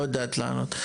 לא יודעת לענות.